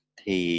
thì